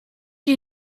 you